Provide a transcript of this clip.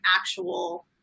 actual